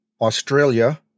Australia